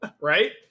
right